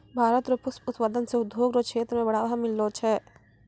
भारत रो पुष्प उत्पादन से उद्योग रो क्षेत्र मे बढ़ावा मिललो छै